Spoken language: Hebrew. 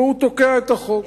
והוא תוקע את החוק.